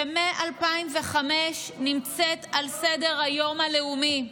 שמ-2005 נמצאת על סדר-היום הלאומי,